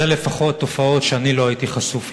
אלה תופעות שאני לפחות לא הייתי חשוף להן.